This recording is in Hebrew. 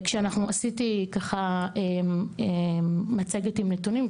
כשאני עשיתי ככה מצגת עם נתונים,